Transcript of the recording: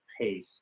pace